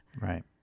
Right